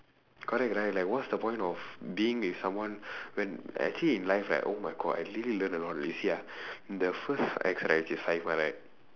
correct right like what's the point of being with someone when actually in life right oh my god I really learn a lot you see ah the first ex right which is right